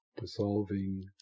dissolving